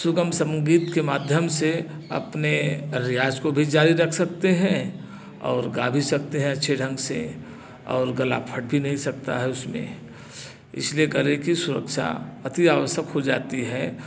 सुगम संगीत के माध्यम से अपने रियाज को भी जारी रख सकते हैं और गा भी सकते है अच्छे ढंग से और गला फट भी नहीं सकता है उसमें इसलिए गले की सुरक्षा अति आवश्यक हो जाती है